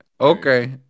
okay